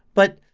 but,